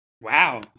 Wow